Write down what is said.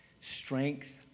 strength